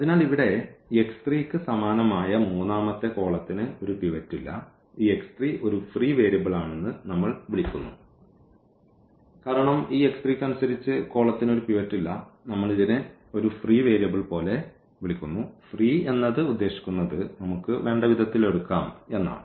അതിനാൽ ഇവിടെ ക്ക് സമാനമായ മൂന്നാമത്തെ കോളത്തിന് ഒരു പിവറ്റ് ഇല്ല ഈ ഒരു ഫ്രീ വേരിയബിൾ ആണെന്ന് നമ്മൾ വിളിക്കുന്നു കാരണം ഈ ക്ക് അനുസരിച്ച് കോളത്തിന് ഒരു പിവറ്റ് ഇല്ല നമ്മൾ ഇതിനെ ഒരു ഫ്രീ വേരിയബിൾ പോലെ വിളിക്കുന്നു ഫ്രീ എന്നത് ഉദ്ദേശിക്കുന്നത് നമുക്ക് വേണ്ട വിധത്തിൽ എടുക്കാം എന്നാണ്